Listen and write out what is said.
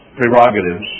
prerogatives